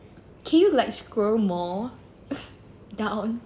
can you like scroll more down